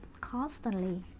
constantly